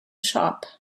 shop